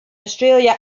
australia